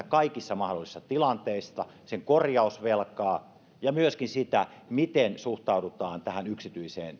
kaikissa mahdollisissa tilanteissa sen korjausvelkaa ja myöskin sitä miten suhtaudutaan tähän yksityiseen